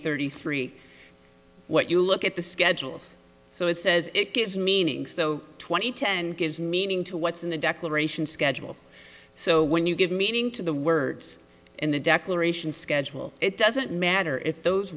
thirty three what you look at the schedules so it says it gives meaning so twenty ten gives meaning to what's in the declaration schedule so when you give meaning to the words in the declaration schedule it doesn't matter if those